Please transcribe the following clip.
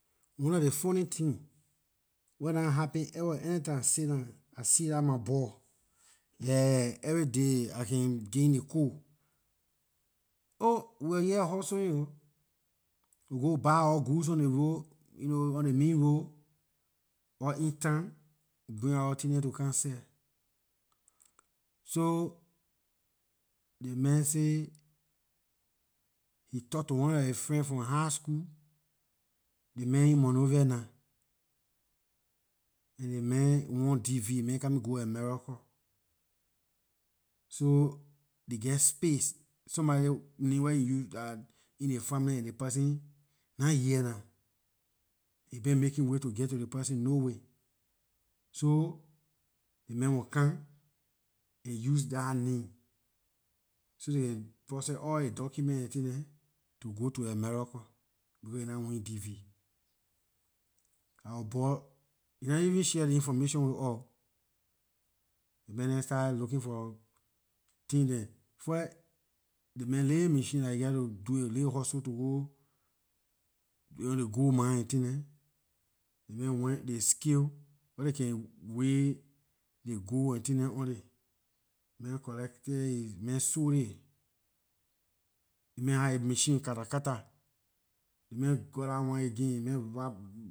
One of ley funny tin wer nah happen ever any time I sit down I see dah my boy yeah every day I can give him ley code oh we wor here hustling oh we go we buy our goods on ley road you know on ley main road or in town we bring our thing dem to come seh so this man say he talk to one of his friends from high school ley man in monrovia nah and ley man won dv ley man coming go america so ley geh space somebody name wer he use in ley family and ley person nah here nah a been making way to get to ley person no way so ley man mon come and use dah name so ley can process all his document and tin dem to go to america becor he nah win dv. Our boy he nah even share ley information with us oh ley man dem started looking for thing dem first ley man lil machine dah he geh to go do his lil hustle to go on ley gold mine and tin dem ley man went ley scale wer can weight ley gold and tin dem on it ley man collect it ley man sold it ley man had his machine katakata ley got dah one again ley man roc